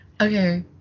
okay